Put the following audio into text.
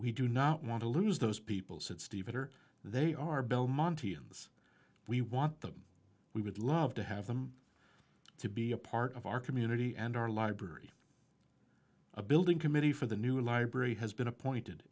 we do not want to lose those people said steve it or they are belmonte ans we want them we would love to have them to be a part of our community and our library a building committee for the new library has been appointed